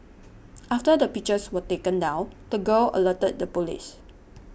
after the pictures were taken down the girl alerted the police